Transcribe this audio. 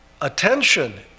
attention